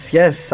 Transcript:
yes